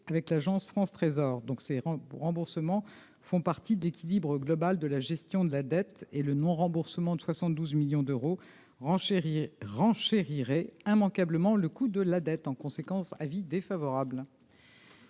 avec l'Agence France Trésor donc ses rangs pour remboursement font partie d'équilibre global de la gestion de la dette et le non-remboursement de 72 millions d'euros, renchérit renchérirait immanquablement le coût de la dette en conséquence : avis défavorable.